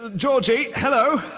georgie, hello?